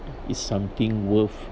is something worth